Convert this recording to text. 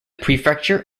prefecture